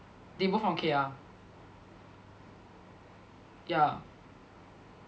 they both from K_R ya